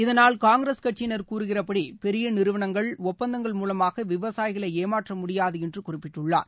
இதனால் காங்கிரஸ் கட்சியினர் கூறுகிறபடி பெரிய நிறுவனங்கள் ஒப்பந்தங்கள் மூலமாக விவசாயிகளை ஏமாற்ற முடியாது என்று குறிப்பிட்டுள்ளார்